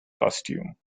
costume